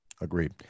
Agreed